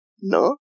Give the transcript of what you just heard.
No